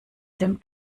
dem